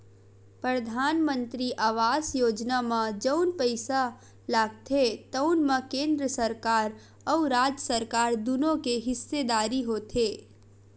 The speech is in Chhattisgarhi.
परधानमंतरी आवास योजना म जउन पइसा लागथे तउन म केंद्र सरकार अउ राज सरकार दुनो के हिस्सेदारी होथे